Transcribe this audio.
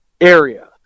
area